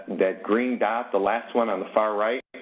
that green dot, the last one on the far right,